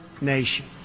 nation